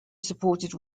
supported